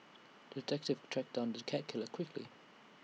the detective tracked down the cat killer quickly